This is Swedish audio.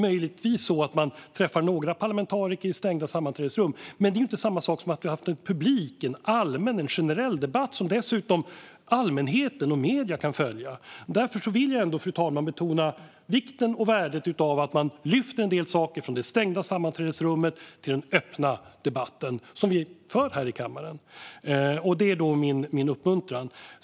Möjligtvis träffar man några parlamentariker i stängda sammanträdesrum, men det är inte samma sak som att ha en publik, allmän och generell debatt som allmänheten och medierna kan följa. Därför vill jag ändå, fru talman, betona vikten och värdet av att lyfta en del saker från det stängda sammanträdesrummet till den öppna debatt som vi för här i kammaren. Det är min uppmuntran.